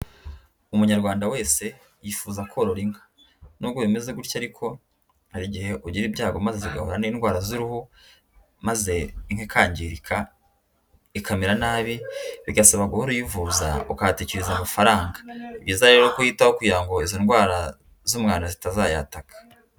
Umunyarwanda wese yifuza korora inka, n'ubwo bimeze gutyo ariko hari igihe ugira ibyago maze igahura n'indwara z'uruhu maze inka ikangirika ikamera nabi bigasaba guhora uyivuza ukahatikiriza amafaranga, ni byiza rero kuyitaho kugira ngo izi indwara z'umwanda zitazayataka.